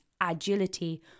agility